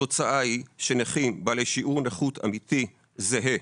התוצאה היא שנכים בעלי שיעור נכות אמיתי, זהה,